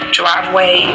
driveway